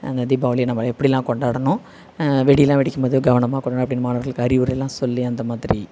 அந்த தீபாவளியை நம்ம எப்படிலாம் கொண்டாடணும் வெடியெல்லாம் வெடிக்கும்போது கவனமாக கொண்டாடணும் அப்படின்னு மாணவர்களுக்கு அறிவுரையெல்லாம் சொல்லி அந்த மாதிரி